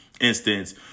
instance